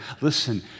Listen